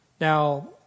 Now